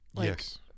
yes